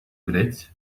bilet